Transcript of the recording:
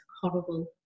Horrible